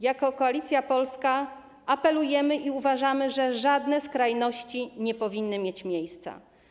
Jako Koalicja Polska apelujemy i uważamy, że żadne skrajności nie powinny mieć miejsca.